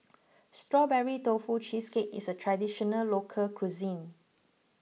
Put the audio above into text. Strawberry Tofu Cheesecake is a Traditional Local Cuisine